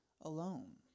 alone